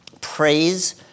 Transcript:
Praise